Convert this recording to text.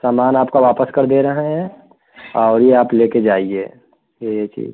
सामान आपका वापस कर दे रहे हैं और ये आप ले कर जाइए ये चीज